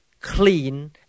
clean